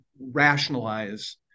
rationalize